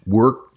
work